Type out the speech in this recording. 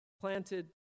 planted